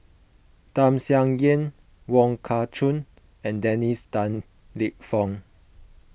Tham Sien Yen Wong Kah Chun and Dennis Tan Lip Fong